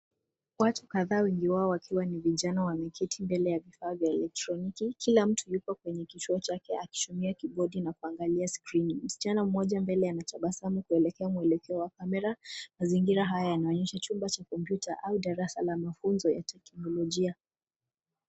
Watu kadhaa wengi wao wakiwa ni vijana wameketi mbele ya vifaa vya elektroniki. Kila mtu yuko kwenye kituo chake akitumia kibodi na kuangalia skrini. Msichana mmoja mbele anatabasamu kuelekea mwelekeo wa kamera. Mazingira haya yanaonyesha chumba cha kompyuta au darasa la mafunzo ya teknolojia.